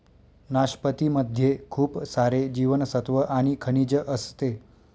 नाशपती मध्ये खूप सारे जीवनसत्त्व आणि खनिज असते